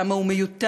כמה הוא מיותר,